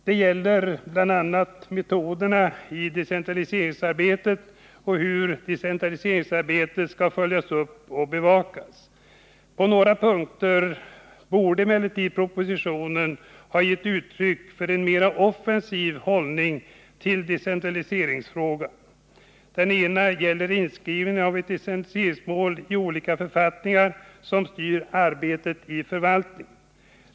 Det gäller bl.a. metoderna i decentraliseringsarbetet och hur decentraliseringsarbetet skall följas upp och bevakas. På några punkter borde emellertid propositionen ha gett uttryck för en mer offensiv hållning till decentraliseringsfrågan. En punkt gäller inskrivning av ett decentraliseringsmål i olika författningar som styr arbetet i förvaltningen.